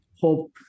hope